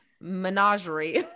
menagerie